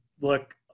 look